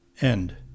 End